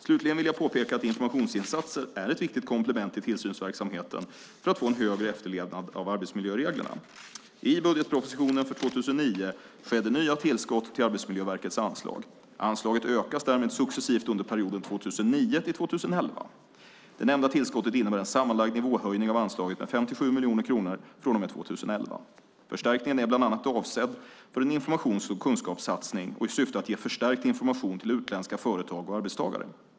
Slutligen vill jag påpeka att informationsinsatser är ett viktigt komplement till tillsynsverksamheten för att få en högre efterlevnad av arbetsmiljöreglerna. I budgetpropositionen för 2009 skedde nya tillskott till Arbetsmiljöverkets anslag. Anslaget ökas därmed successivt under perioden 2009-2011. Det nämnda tillskottet innebär en sammanlagd nivåhöjning av anslaget med 57 miljoner kronor från och med 2011. Förstärkningen är bland annat avsedd för en informations och kunskapssatsning och i syfte att ge förstärkt information till utländska företag och arbetstagare.